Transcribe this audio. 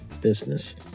business